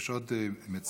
יש עוד מציעים.